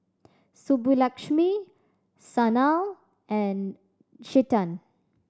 Subbulakshmi Sanal and Chetan